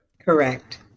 Correct